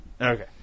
Okay